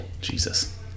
Jesus